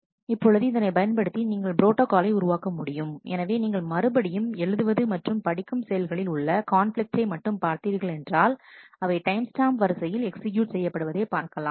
இப்பொழுது இதனை பயன்படுத்தி நீங்கள் ப்ரோட்டாகாலை உருவாக்க முடியும் எனவே நீங்கள் மறுபடியும் எழுதுவது மற்றும் படிக்கும் செயல்களில் உள்ள கான்பிலிக்டை மட்டும் பார்த்தீர்களென்றால் அவை டைம் ஸ்டாம்ப் வரிசையில் எக்ஸிக்யூட் செய்யப்படுவதை பார்க்கலாம்